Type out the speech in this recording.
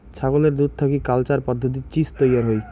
ছাগলের দুধ থাকি কালচার পদ্ধতিত চীজ তৈয়ার হই